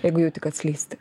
jeigu jauti kad slysti